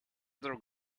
other